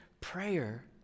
prayer